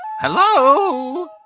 Hello